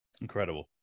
Incredible